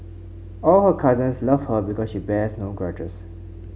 all her cousins love her because she bears no grudges